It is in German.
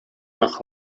nach